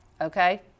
okay